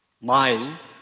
mind